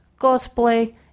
cosplay